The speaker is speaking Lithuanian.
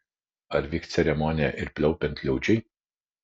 ar vyks ceremonija ir pliaupiant liūčiai